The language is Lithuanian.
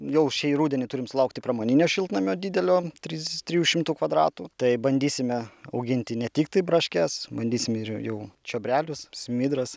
jau šį rudenį turim sulaukti pramoninio šiltnamio didelio trys trijų šimtų kvadratų tai bandysime auginti ne tik tai braškes bandysim ir jau čiobrelius smidras